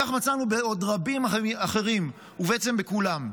כך מצאנו בעוד רבים אחרים, ובעצם בכולם.